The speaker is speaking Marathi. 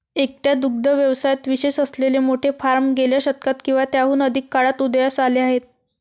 एकट्या दुग्ध व्यवसायात विशेष असलेले मोठे फार्म गेल्या शतकात किंवा त्याहून अधिक काळात उदयास आले आहेत